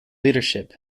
leadership